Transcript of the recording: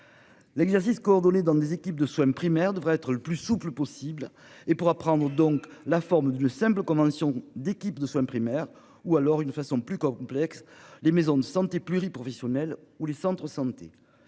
L'exercice coordonné dans des équipes de soins primaires devraient être le plus souple possible et pour apprendre. Donc la forme le simple convention d'équipes de soins primaires ou alors une façon plus complexe. Les maisons de santé pluri-professionnelles ou les centres santé